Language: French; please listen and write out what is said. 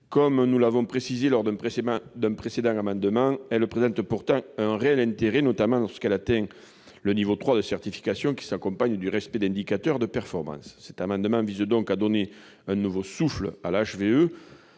Comme nous l'avons expliqué lors de la défense d'un précédent amendement, elle présente pourtant un réel intérêt, notamment lorsqu'on atteint le niveau 3 de certification, qui s'accompagne du respect d'indicateurs de performance. Cet amendement tend donc à donner un nouveau souffle à la